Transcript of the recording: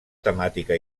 temàtica